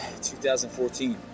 2014